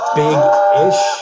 big-ish